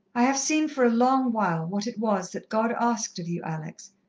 i have seen for a long while what it was that god asked of you, alex,